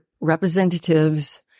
representatives